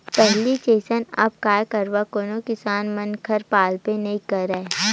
पहिली जइसे अब गाय गरुवा कोनो किसान मन घर पालबे नइ करय